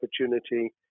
opportunity